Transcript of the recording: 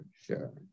sure